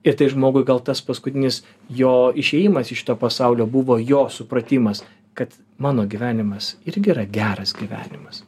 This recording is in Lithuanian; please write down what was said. ir tai žmogui gal tas paskutinis jo išėjimas iš šito pasaulio buvo jo supratimas kad mano gyvenimas irgi yra geras gyvenimas